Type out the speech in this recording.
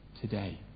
today